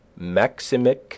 maximic